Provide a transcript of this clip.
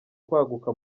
kwaguka